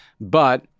But-